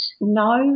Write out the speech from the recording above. No